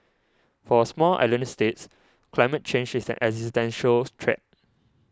for small island states climate change is an existential threat